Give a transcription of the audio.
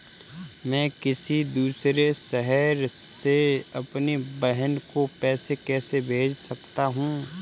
मैं किसी दूसरे शहर से अपनी बहन को पैसे कैसे भेज सकता हूँ?